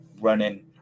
running